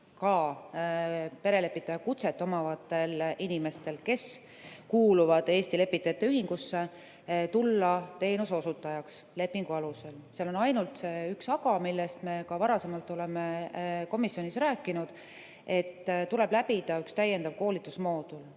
ka perelepitaja kutset omavatel inimestel, kes kuuluvad Eesti Lepitajate Ühingusse, tulla teenuseosutajaks lepingu alusel. Seal on ainult üks "aga", millest me varasemalt oleme komisjonis rääkinud: tuleb läbida üks täiendav koolitusmoodul,